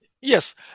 Yes